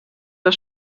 der